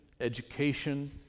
education